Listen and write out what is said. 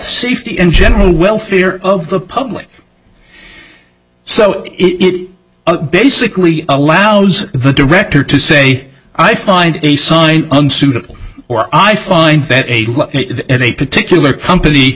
safety in general welfare of the public so it basically allows the director to say i find a sunny unsuitable or i find that a particular company